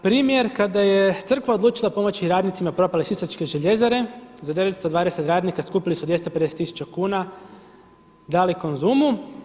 Primjer kada je crkva odlučila pomoći radnicima propale Sisačke željezare, za 920 radnika skupili su 250 tisuća kuna, dali Konzumu.